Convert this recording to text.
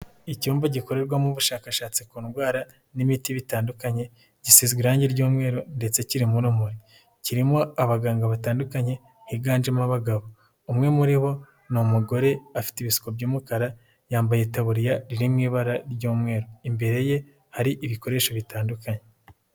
Icyumba gikorerwamo ubushakashatsi ku ndwara n'imiti bitandukanye, gisizwe irangi ry'umweru ndetse kirimo urumuri, kirimo abaganga batandukanye biganjemo abagabo umwe muri bo ni umugore afite ibisuko by'umukara yambaye itaburiya riri mu ibara ry'umweru, imbere ye hari ibikoresho bitandukanye.